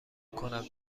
کنم